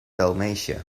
dalmatia